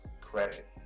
credit